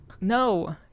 no